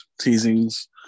teasings